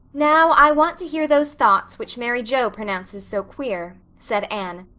now, i want to hear those thoughts which mary joe pronounces so queer, said anne,